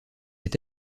est